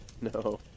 No